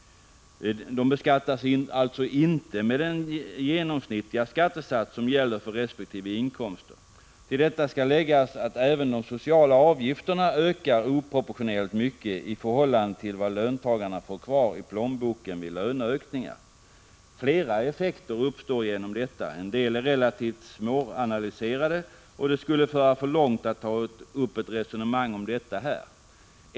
De beskattas alltså inte med den genomsnittliga skattesats som gäller för resp. inkomster. Till detta skall läggas att även de sociala avgifterna ökar oproportionerligt mycket i förhållande till vad löntagarna får kvar i plånboken vid löneökningar. Flera effekter uppstår genom detta. En del är relativt svåranalyserade, och det skulle föra för långt att ta upp ett resonemang om detta här.